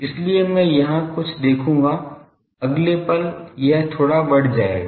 इसलिए मैं यहां कुछ देखूंगा अगले पल यह थोड़ा बढ़ जाएगा